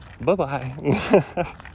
Bye-bye